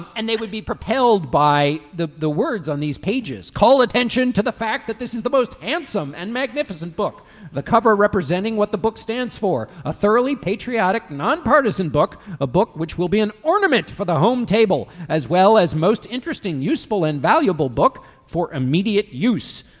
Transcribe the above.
and they would be propelled by the the words on these pages. call attention to the fact that this is the most handsome and magnificent book the cover representing what the book stands for a thoroughly patriotic nonpartisan book a book which will be an ornament for the home table as well as most interesting useful and valuable book for immediate use.